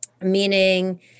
meaning